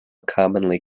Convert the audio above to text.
commonly